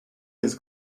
his